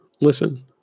listen